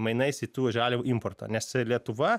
mainais į tų žaliavų importą nes lietuva